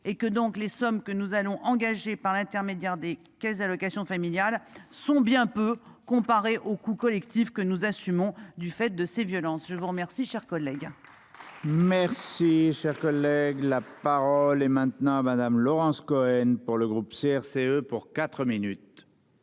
et que donc les sommes que nous allons engager par l'intermédiaire des caisses d'allocations familiales sont bien peu comparé au coût collectif que nous assumons, du fait de ces violences. Je vous remercie, cher collègue. Merci cher collègue là. La parole est maintenant à madame Laurence Cohen pour le groupe CRCE pour 4 minutes.